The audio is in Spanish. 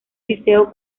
liceo